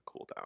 cooldown